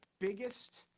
biggest